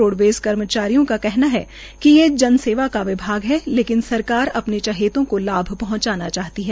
roadways कर्मचारियों का कहना है कि ये जनेसेवा का विभाग है लेकिन सरकार अपने चहेतों को लाभ पहंचाना चाहती है